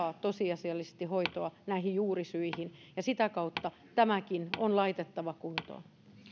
tosiasiallisesti hoitoa näihin juurisyihin sitä kautta tämäkin on laitettava kuntoon